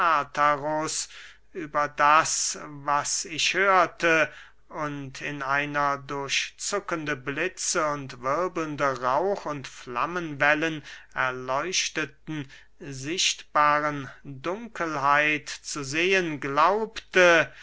über das was ich hörte und in einer durch zuckende blitze und wirbelnde rauch und flammenwellen erleuchteten sichtbaren dunkelheit zu sehen glaubte